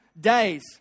days